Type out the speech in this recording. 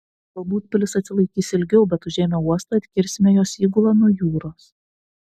galbūt pilis atsilaikys ilgiau bet užėmę uostą atkirsime jos įgulą nuo jūros